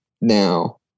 now